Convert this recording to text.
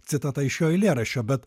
citata iš jo eilėraščio bet